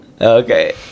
Okay